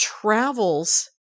travels